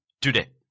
Today